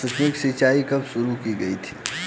सूक्ष्म सिंचाई कब शुरू की गई थी?